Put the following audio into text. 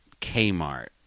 Kmart